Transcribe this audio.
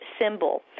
symbol